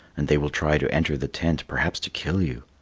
and they will try to enter the tent perhaps to kill you.